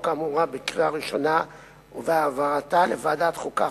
האמורה בקריאה ראשונה ובהעברתה לוועדת החוקה,